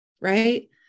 right